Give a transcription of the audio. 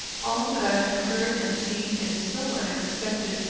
all that i have heard and seen, is so unexpected,